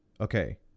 Okay